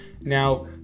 Now